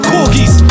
Corgis